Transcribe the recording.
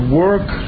work